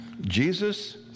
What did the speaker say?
Jesus